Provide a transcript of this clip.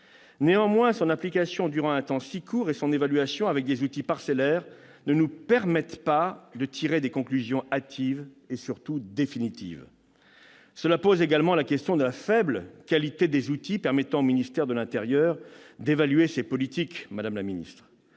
Néanmoins, son application durant un temps si court et son évaluation avec des outils parcellaires ne nous permettent pas de tirer des conclusions hâtives et, surtout, définitives. Cela pose également la question de la faible qualité des outils permettant au ministère de l'intérieur d'évaluer ses politiques. Mais